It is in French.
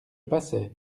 passais